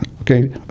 Okay